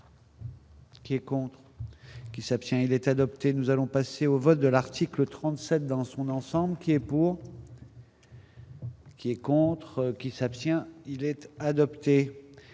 qui est contre. S'abstient, il est adopté, nous allons passer au vote de l'article 37 dans son ensemble qui est pour. Qui et contre qui s'abstient, il était adopté,